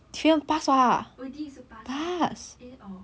oh D 也是 pass meh eh orh